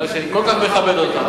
מכיוון שאני כל כך מכבד אותך,